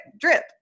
drip